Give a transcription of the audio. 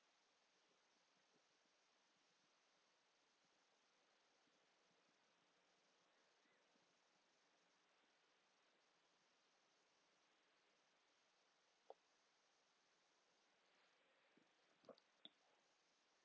uh